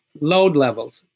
load levels.